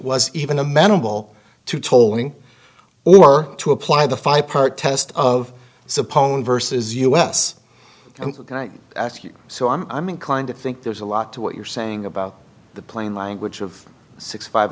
was even amenable to tolling or to apply the five part test of so poem versus us can i ask you so i'm inclined to think there's a lot to what you're saying about the plain language of six five